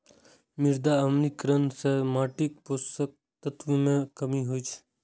मृदा अम्लीकरण सं माटिक पोषक तत्व मे कमी होइ छै